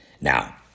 Now